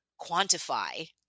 quantify